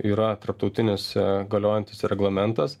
yra tarptautinis galiojantis reglamentas